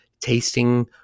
tasting